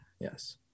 Yes